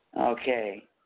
Okay